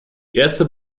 erster